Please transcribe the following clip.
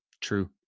True